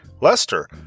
Lester